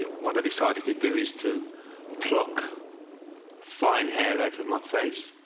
ah what i decided to do is to pluck fine hair out of my face.